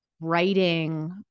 writing